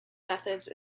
methods